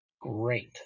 Great